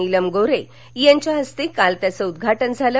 नीलम गोन्हे यांच्या हस्ते काल त्याचं उद्घाटन झालं